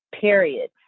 period